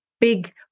big